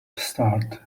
start